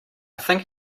think